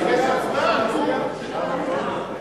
הצבעה,